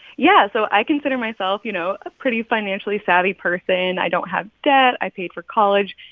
yeah. so i consider myself, you know, a pretty financially savvy person. i don't have debt. i paid for college.